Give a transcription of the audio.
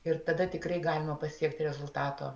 ir tada tikrai galima pasiekti rezultato